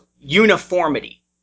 uniformity